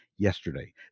Yesterday